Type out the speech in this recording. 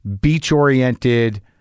beach-oriented